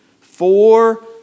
Four